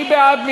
מי בעד?